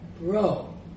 Bro